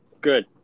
Good